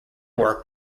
work